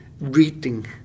reading